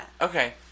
Okay